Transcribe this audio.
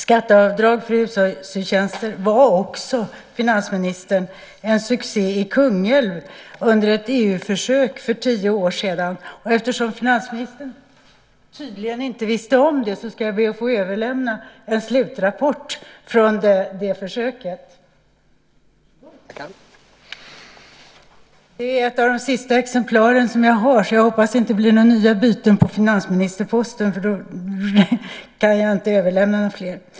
Skatteavdrag för hushållstjänster var också en succé i Kungälv under ett EU-försök för tio år sedan, finansministern. Eftersom finansministern tydligen inte kände till det ska jag be att få överlämna en slutrapport från försöket. Det är ett av de sista exemplaren jag har, så jag hoppas att det inte blir några nya byten på finansministerposten. Då kan jag inte överlämna fler.